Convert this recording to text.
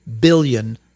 billion